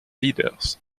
leaders